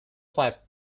flap